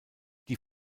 die